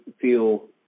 feel